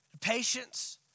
Patience